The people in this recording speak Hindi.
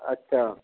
अच्छा